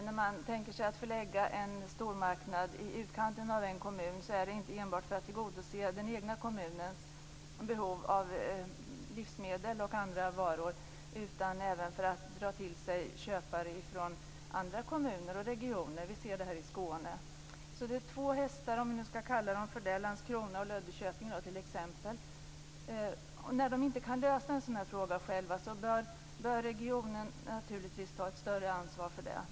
När man tänker sig att förlägga en stormarknad i utkanten av en kommun är det inte enbart för att tillgodose den egna kommunens behov av livsmedel och andra varor, utan även för att dra till sig köpare från andra kommuner och regioner. Vi ser det i Skåne. När två hästar, om vi nu skall kalla dem för det, Landskrona och Löddeköpinge t.ex., inte kan lösa en sådan fråga själva bör regionen naturligtvis ta ett större ansvar för detta.